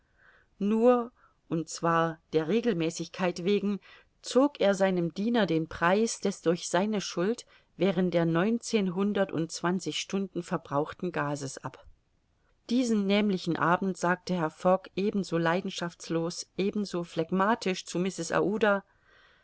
nur und zwar der regelmäßigkeit wegen zog er seinem diener den preis des durch seine schuld während der neunzehnhundertundzwanzig stunden verbrauchten gases ab diesen nämlichen abend sagte herr fogg ebenso leidenschaftslos ebenso phlegmatisch zu mrs